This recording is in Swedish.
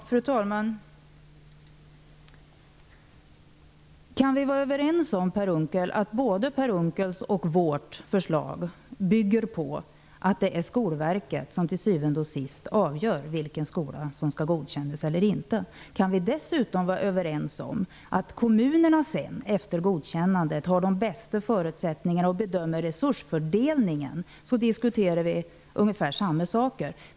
Fru talman! Kan vi vara överens om, Per Unckel, att både Per Unckels och vårt förslag bygger på att det är Skolverket som till syvende och sist avgör vilken skola som skall godkännas eller inte? Kan vi dessutom vara överens om att kommunerna efter godkännandet har de bästa förutsättningarna att bedöma resursfördelningen, diskuterar vi ungefär samma saker.